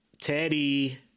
Teddy